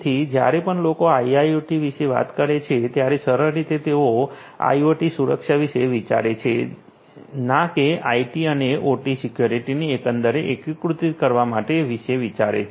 તેથી જ્યારે પણ લોકો આઇઆઇઓટી વિશે વાત કરે છે ત્યારે સરળ રીતે તેઓ આઇઓટી સુરક્ષા વિશે વિચારે છે ના કે આઇટી અને ઓટી સિક્યુરિટીને એકંદરે એકીકૃત કરવા વિશે વિચારે છે